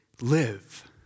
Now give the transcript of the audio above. live